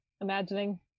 imagining